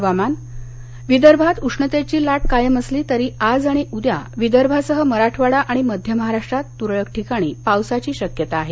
हवामान विदर्भात उष्णतेची लाट कायम असली तरी आज आणि उद्या विदर्भासह मराठवाडा आणि मध्य महाराष्ट्रात तुरळक ठिकाणी पावसाची शक्यता आहे